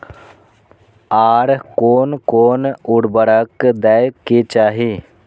आर कोन कोन उर्वरक दै के चाही?